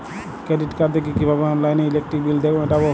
Credit card থেকে কিভাবে অনলাইনে ইলেকট্রিক বিল মেটাবো?